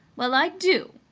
well i do!